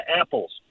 apples